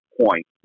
point